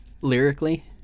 Lyrically